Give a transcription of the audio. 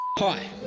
Hi